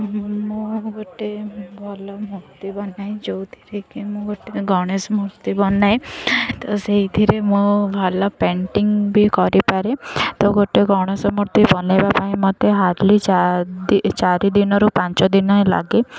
ମୁଁ ଗୋଟେ ଭଲ ମୂର୍ତ୍ତି ବନାଏ ଯେଉଁଥିରେ କି ମୁଁ ଗୋଟେ ଗଣେଶ ମୂର୍ତ୍ତି ବନାଏ ତ ସେଇଥିରେ ମୁଁ ଭଲ ପେଣ୍ଟିଙ୍ଗ ବି କରିପାରେ ତ ଗୋଟେ ଗଣେଶ ମୂର୍ତ୍ତି ବନେଇବା ପାଇଁ ମୋତେ ହାର୍ଡ଼ଲି ଚାରି ଦିନରୁ ପାଞ୍ଚ ଦିନ ଲାଗେ